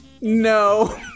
No